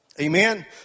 Amen